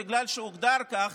בגלל שהוגדר כך,